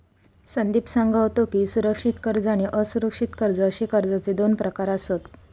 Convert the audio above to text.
संदीप सांगा होतो की, सुरक्षित कर्ज आणि असुरक्षित कर्ज अशे कर्जाचे दोन प्रकार आसत